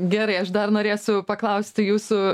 gerai aš dar norėsiu paklausti jūsų